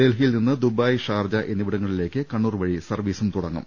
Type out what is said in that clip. ഡൽഹിയിൽ നിന്ന് ദുബായ് ഷാർജ എന്നിവിടങ്ങളിലേക്ക് കണ്ണൂർവഴി സർവ്വീസും തുടങ്ങും